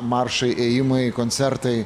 maršai ėjimai koncertai